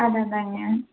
அதுததுதாங்க